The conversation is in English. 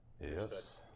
Yes